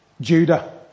Judah